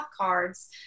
cards